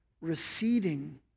receding